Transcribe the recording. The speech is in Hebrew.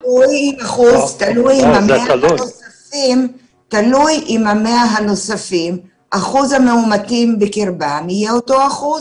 תלוי אם אחוז המאומתים בקרב ה-100 הנוספים יהיה אותו אחוז.